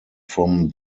from